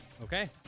Okay